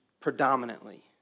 predominantly